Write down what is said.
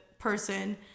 person